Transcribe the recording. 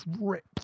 ripped